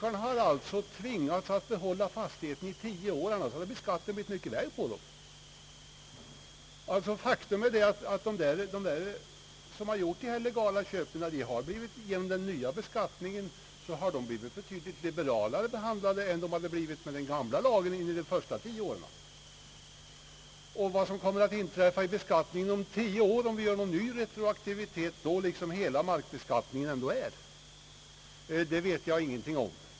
De har alltså tvingats behålla fastigheten i tio år — annars hade beskattningen blivit mycket värre. Faktum är att de som gjort dessa legala köp har blivit betydligt liberalare behandlade genom den nya beskattningen än de hade blivit med den gamla lagen under de första tio åren. Jag vet ingenting om vad som kom mer att inträffa med beskattningen om tio år — om vit.ex. då gör en ny retroaktivitet av det slag som hela markbeskattningen ju ändå är.